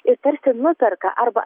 ir tarsi nuperka arba